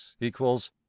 equals